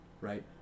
right